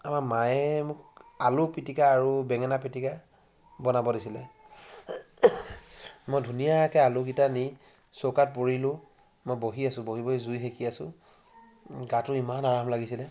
আমাৰ মায়ে মোক আলু পিটিকা আৰু বেঙেনা পিটিকা বনাব দিছিলে মই ধুনীয়াকৈ আলুকেইটা নি চৌকাত পুৰিলোঁ মই বহি আছোঁ বহি বহি জুই সেকি আছোঁ গাটো ইমান আৰাম লাগিছিলে